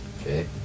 Okay